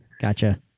gotcha